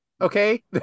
okay